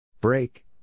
Break